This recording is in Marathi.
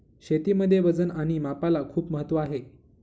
शेतीमध्ये वजन आणि मापाला खूप महत्त्व आहे